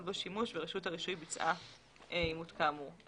בו שימוש ורשות הרישוי ביצעה אימות כאמור.